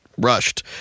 Rushed